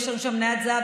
ויש לנו שם מניית זהב,